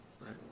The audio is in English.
right